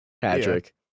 Patrick